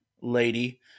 lady